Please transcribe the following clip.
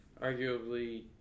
arguably